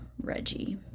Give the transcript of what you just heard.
Reggie